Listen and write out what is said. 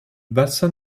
bassin